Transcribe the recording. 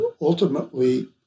ultimately